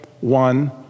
one